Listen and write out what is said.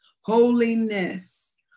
holiness